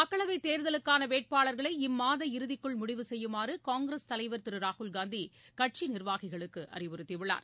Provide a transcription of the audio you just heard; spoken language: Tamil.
மக்களவை தேர்தலுக்கான வேட்பாளர்களை இம்மாதம் இறுதிக்குள் முடிவு செய்யுமாறு காங்கிரஸ் தலைவர் திரு ராகுல்காந்தி கட்சி நிர்வாகிகளுக்கு அறிவுறுத்தி உள்ளார்